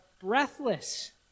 breathless